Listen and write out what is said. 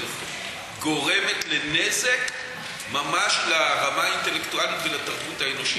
גורמת לנזק של ממש לרמה האינטלקטואלית ולתרבות האנושית.